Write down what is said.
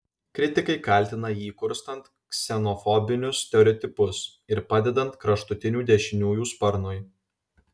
kritikai kaltina jį kurstant ksenofobinius stereotipus ir padedant kraštutinių dešiniųjų sparnui